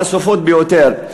חשופות ביותר.